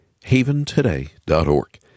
haventoday.org